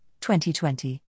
2020